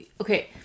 okay